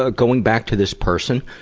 ah going back to this person